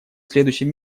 следующем